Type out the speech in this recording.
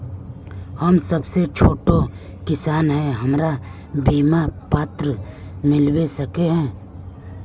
हम सब छोटो किसान है हमरा बिमा पात्र मिलबे सके है की?